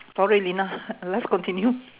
sorry lina let's continue